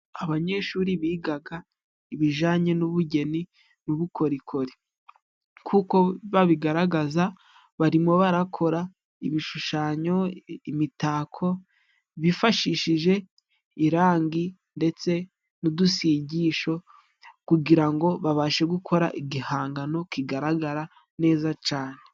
Abanyeshuri bigaga ibijanye n'ubugeni n'ubukorikori. Kuko babigaragaza, barimo barakora ibishushanyo, imitako, bifashishije irangi ndetse n'udusigisho, kugira ngo babashe gukora igihangano kigaragara neza cane.